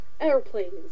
airplanes